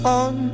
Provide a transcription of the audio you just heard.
on